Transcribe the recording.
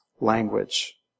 language